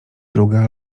druga